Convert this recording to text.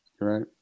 Right